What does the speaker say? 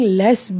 less